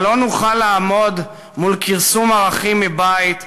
אבל לא נוכל לעמוד מול כרסום הערכים מבית,